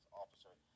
Officer